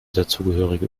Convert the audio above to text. dazugehörige